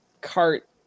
cart